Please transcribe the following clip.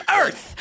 earth